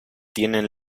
tienen